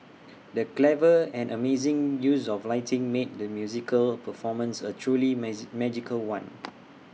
the clever and amazing use of lighting made the musical performance A truly magic magical one